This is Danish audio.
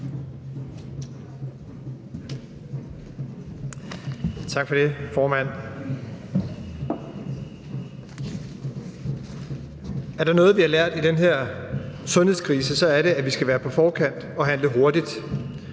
Er der noget, vi har lært i den her sundhedskrise, så er det, at vi skal være på forkant og handle hurtigt.